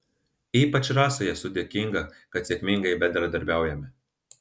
ypač rasai esu dėkinga kad sėkmingai bendradarbiaujame